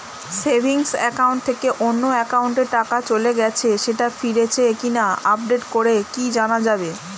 Savings account থেকে অন্য একাউন্টে টাকা চলে গেছে সেটা ফিরেছে কিনা আপডেট করে কি জানা যাবে?